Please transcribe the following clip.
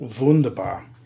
Wunderbar